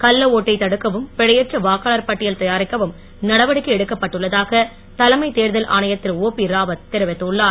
கள்ள ஒட்டை தடுக்கவும் பிழையற்ற வாக்காளர் பட்டியல் தயாரிக்கவும் நடவடிக்கை எடுக்கப்பட்டுள்ளதாக தலைமை தேர்தல் ஆணையர் திரு ஓ பி ராவத் தெரிவித்துள்ளார்